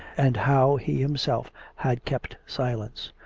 and how he himself had kept silence.